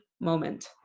moment